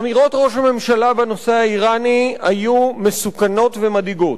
אמירות ראש הממשלה בנושא האירני היו מסוכנות ומדאיגות.